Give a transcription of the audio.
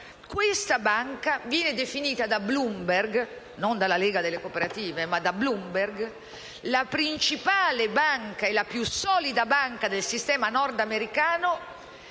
Questa banca viene definita da Bloomberg - non dalla Lega della cooperative - la principale e la più solida banca del sistema nordamericano,